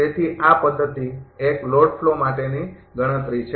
તેથી આ પદ્ધતિ ૧ લોડ ફ્લો માટેની ગણતરી છે